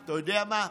אתה יודע מה?